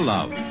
Love